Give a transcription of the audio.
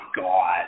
God